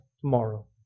tomorrow